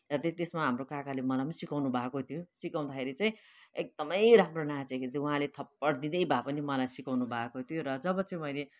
र त्य त्यसमा हाम्रो काकाले मलाई पनि सिकाउनु भएको थियो सिकाउँदाखेरि चाहिँ एकदमै राम्रो नाचेको थिएँ उहाँले थप्पड दिँदै भए पनि मलाई सिकाउनु भएको थियो र जब चाहिँ मैले